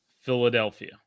philadelphia